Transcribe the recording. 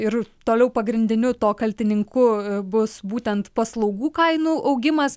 ir toliau pagrindiniu to kaltininku bus būtent paslaugų kainų augimas